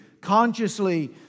consciously